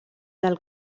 del